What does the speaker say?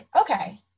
okay